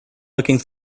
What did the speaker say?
looking